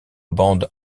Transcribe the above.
bandes